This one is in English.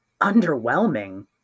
Underwhelming